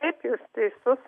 taip jūs teisus